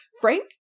Frank